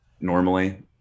normally